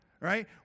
right